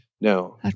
No